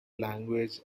language